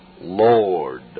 Lord